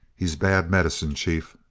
he's bad medicine, chief!